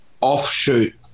offshoot